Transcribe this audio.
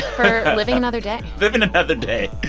for living another day living another day.